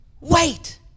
wait